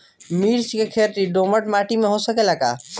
मिर्चा के खेती दोमट माटी में हो सकेला का?